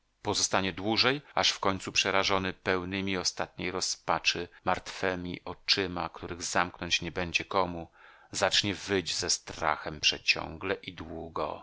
pozostanie dłużej aż w końcu przerażony pełnymi ostatniej rozpaczy martwemi oczyma których zamknąć nie będzie komu zacznie wyć ze strachem przeciągle i długo